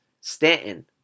Stanton